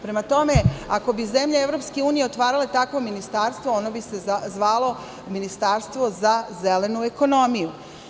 Prema tome, ako bi zemlje EU otvarale takvo ministarstvo, ono bi se zvalo ministarstvo za zelenu ekonomiju.